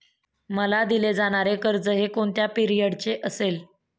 मला दिले जाणारे कर्ज हे कोणत्या पिरियडचे असेल?